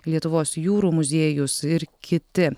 lietuvos jūrų muziejus ir kiti